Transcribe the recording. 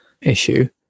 issue